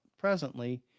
Presently